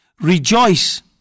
Rejoice